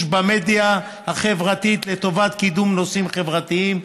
במדיה החברתית לטובת קידום נושאים חברתיים,